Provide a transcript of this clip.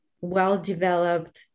well-developed